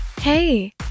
Hey